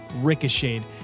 ricocheted